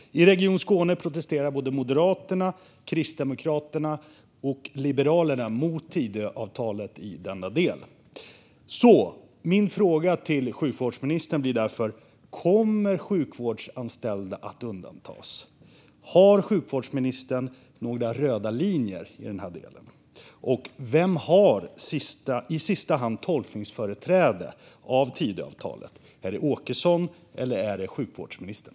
I Region Skåne protesterar Moderaterna, Kristdemokraterna och Liberalerna mot Tidöavtalet i denna del. Mina frågor till sjukvårdsministern blir därför: Kommer sjukvårdsanställda att undantas? Har sjukvårdsministern några röda linjer i den här delen? Vem har i sista hand tolkningsföreträde när det gäller Tidöavtalet - Åkesson eller sjukvårdsministern?